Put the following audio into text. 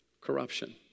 corruption